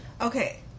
Okay